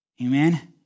Amen